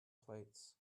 plates